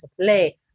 play